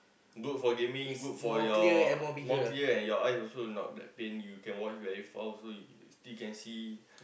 good for gaming good for your more clear and your eyes also not that pain you can watch very far also you still can see